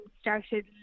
started